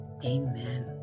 Amen